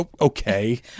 okay